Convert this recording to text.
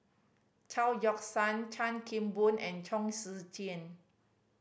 Chao Yoke San Chan Kim Boon and Chong Tze Chien